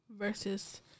versus